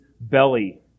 belly